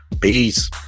peace